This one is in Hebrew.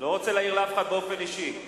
לא רוצה להעיר לאף אחד באופן אישי.